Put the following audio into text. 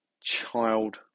child